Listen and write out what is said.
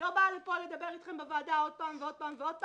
אני לא באה לפה לדבר איתכם בוועדה עוד פעם ועוד פעם ועוד פעם,